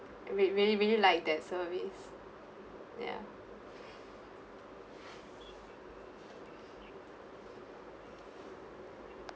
re~ really really like that service ya